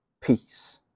peace